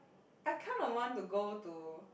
I kind of want to go to